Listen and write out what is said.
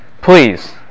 Please